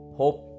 hope